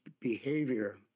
behavior